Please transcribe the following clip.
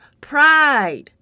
pride